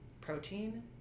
protein